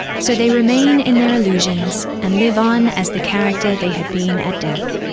so they remain in their illusions and live on as the character they had been at death.